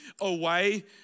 away